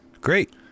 Great